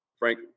Frank